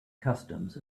customs